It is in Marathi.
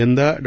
यंदा डॉ